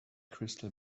crystal